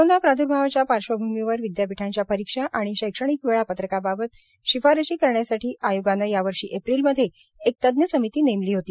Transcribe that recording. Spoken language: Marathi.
कोरोना प्राद्र्भावाच्या पार्श्वभूमीवर विदयापीठांच्या परीक्षा आणि शैक्षणिक वेळापत्रकाबाबत शिफारशी करण्यासाठी आयोगानं यावर्षी एप्रिलमध्ये एक तज्ञ समिती नेमली होती